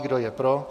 Kdo je pro?